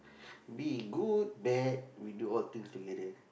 be good bad we do all things together